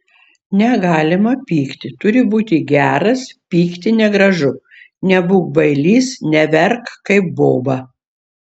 negalima pykti turi būti geras pykti negražu nebūk bailys neverk kaip boba